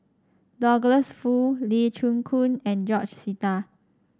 Douglas Foo Lee Chin Koon and George Sita